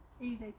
easy